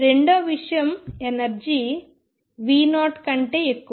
రెండవ విషయం ఎనర్జీ V0కంటే ఎక్కువ